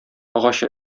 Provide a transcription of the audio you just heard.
агачы